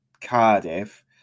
Cardiff